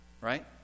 Right